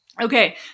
Okay